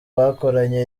bakoranye